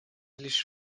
лишь